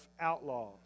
outlaws